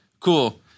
Cool